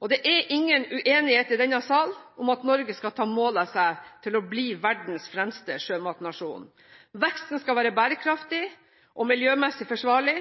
og det er ingen uenighet i denne sal om at Norge skal ta mål av seg til å bli verdens fremste sjømatnasjon. Veksten skal være bærekraftig og miljømessig forsvarlig.